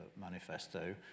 manifesto